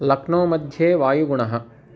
लक्नौ मध्ये वायुगुणः